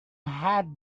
had